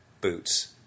boots